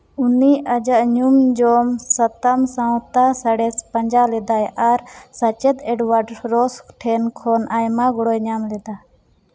ᱩᱱᱤ ᱟᱭᱟᱜ ᱧᱩᱢ ᱡᱚᱢ ᱥᱟᱛᱟᱢ ᱥᱟᱶᱛᱟ ᱥᱟᱬᱮᱥ ᱯᱟᱸᱡᱟ ᱞᱮᱫᱟᱭ ᱟᱨ ᱥᱮᱪᱮᱫ ᱮᱰᱵᱷᱟᱨᱴ ᱨᱚᱥ ᱴᱷᱮᱱ ᱠᱷᱚᱱ ᱟᱭᱢᱟ ᱜᱚᱲᱚᱭ ᱧᱟᱢ ᱞᱮᱫᱟ